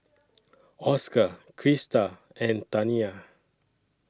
Oscar Krista and Taniyah